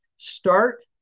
Start